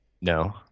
No